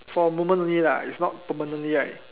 for a moment only lah it's not permanently right